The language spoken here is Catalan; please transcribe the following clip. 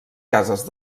cases